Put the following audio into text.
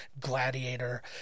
Gladiator